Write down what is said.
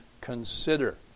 consider